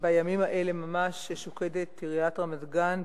בימים האלה ממש שוקדת עיריית רמת-גן,